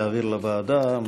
להעביר לוועדה?